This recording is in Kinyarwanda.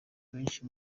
benshi